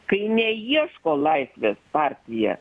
kai neieško laisvės partija